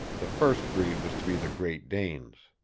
the first breed was to be the great danes.